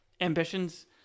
ambitions